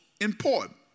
important